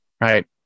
Right